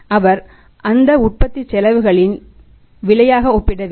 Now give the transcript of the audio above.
அவர் அந்த உற்பத்தி செலவுகளின் விலையாக ஒப்பிட வேண்டும்